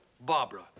Barbara